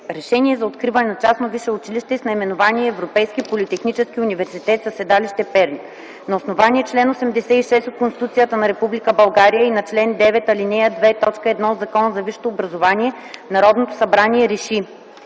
„РЕШЕНИЕ за откриване на частно висше училище с наименование „Европейски политехнически университет” със седалище Перник На основание чл. 86 от Конституцията на Република България и на чл. 9, ал. 2, т. 1 от Закона за висшето образование, Народното събрание Р